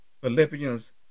Philippians